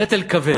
נטל כבד,